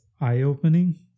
eye-opening